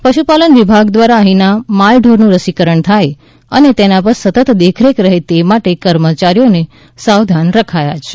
પશુપાલન વિભાગ દ્વારા અહીના માલઢોરનુ રસીકરણ થાય અને તેના પર સતત દેખરેખ રહે તે માટે કર્મચારીઓને સાવધાન રખાયા છે